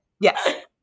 Yes